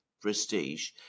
prestige